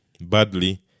badly